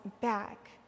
back